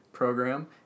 program